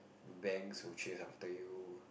banks will chase after you